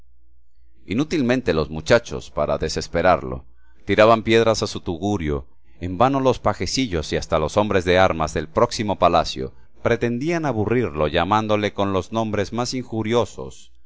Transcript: inútilmente los muchachos para desesperarlo tiraban piedras a su tugurio en vano los pajecillos y hasta los hombres de armas del próximo palacio pretendían aburrirlo llamándole con los nombres más injuriosos